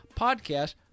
podcast